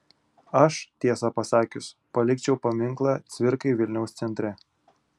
aš tiesą pasakius palikčiau paminklą cvirkai vilniaus centre